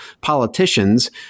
politicians